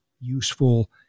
useful